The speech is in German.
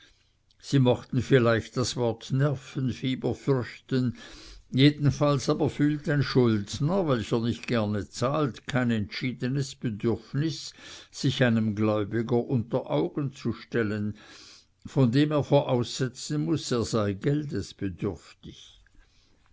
sie machten vielleicht das wort nervenfieber fürchten jedenfalls aber fühlt ein schuldner welcher nicht gerne zahlt kein entschiedenes bedürfnis sich einem gläubiger unter augen zu stellen von dem er voraussetzen muß er sei geldes bedürftig